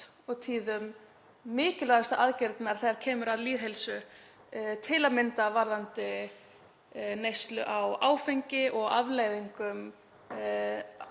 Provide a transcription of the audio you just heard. og tíðum mikilvægustu aðgerðirnar þegar kemur að lýðheilsu, til að mynda varðandi neyslu á áfengi og afleiðingar